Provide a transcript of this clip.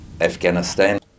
Afghanistan